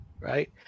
Right